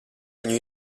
viņu